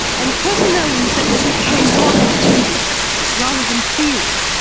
and personalities that suit hands-on activities rather than theory.